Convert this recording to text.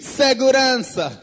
segurança